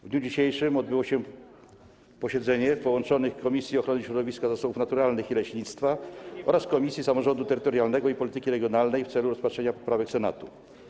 W dniu dzisiejszym odbyło się posiedzenie połączonych komisji: Komisji Ochrony Środowiska, Zasobów Naturalnych i Leśnictwa oraz Komisji Samorządu Terytorialnego i Polityki Regionalnej, w celu rozpatrzenia poprawek Senatu.